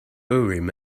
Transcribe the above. urim